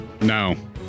No